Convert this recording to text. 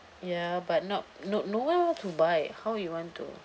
ya but not no no one want to buy how you want to